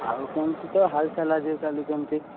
ଆଉ କେମିତି ତୋ ହାଲଚାଲ ଆଜିକାଲି କେମିତି